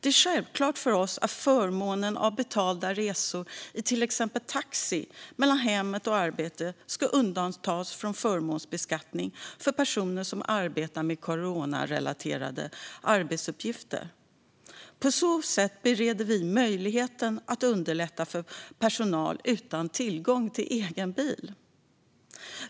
Det är självklart för oss att förmånen av betalda resor i till exempel taxi mellan hemmet och arbetet ska undantas från förmånsbeskattning för personer som arbetar med coronarelaterade arbetsuppgifter. På så sätt ger vi möjlighet att underlätta för personal utan tillgång till egen bil.